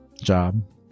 job